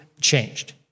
changed